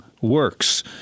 works